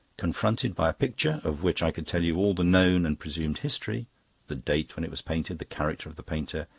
confronted by a picture, of which i could tell you all the known and presumed history the date when it was painted, the character of the painter,